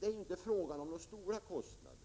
Det är inte heller fråga om några stora kostnader.